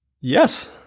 Yes